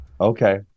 Okay